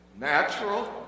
Natural